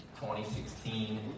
2016